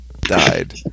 died